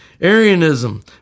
Arianism